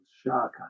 Shaka